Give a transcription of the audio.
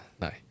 No